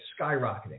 skyrocketing